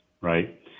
right